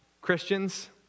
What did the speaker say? Christians